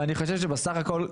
אני חושב שבסך הכול,